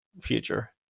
future